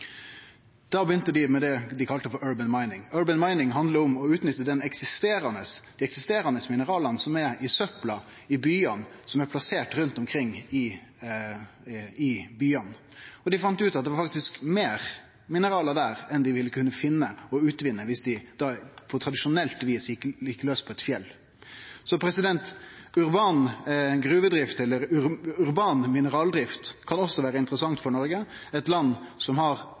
Da begynte Japan med det dei kalla «urban mining». «Urban mining» handlar om å utnytte dei eksisterande minerala som finst i søpla i byane, og dei fann ut det faktisk var meir mineral der enn dei ville kunne finne og utvinne på tradisjonelt vis ved å gå laus på eit fjell. Urban mineraldrift kan også vere interessant for Noreg – eit land som har